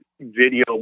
video